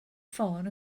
ffôn